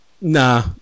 Nah